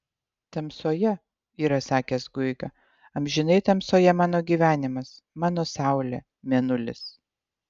tamsoje yra sakęs guiga amžinai tamsoje mano gyvenimas mano saulė mėnulis